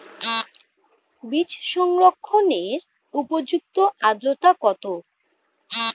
বীজ সংরক্ষণের উপযুক্ত আদ্রতা কত?